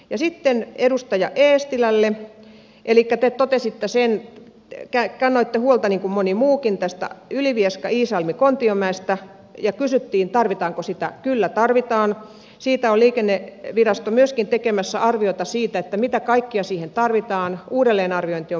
ja sitten edustaja eestilälle eli tätä totesi tosin jäi käyttämättä huoltani moni muukin tästä ylivieskaiisalmikontiomäestä ja kysyttiin tarvitaanko sitä kyllä tarvitaan siitä oli ennen viraston myöskin tekemässä arviota siitä mitä kaikkia siihen tarvitaan uudelleen arviointi on